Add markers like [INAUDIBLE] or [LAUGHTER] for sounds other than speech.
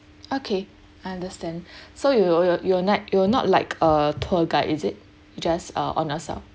okay I understand [BREATH] so you'll you you'll you will not like a tour guide is it just uh on yourself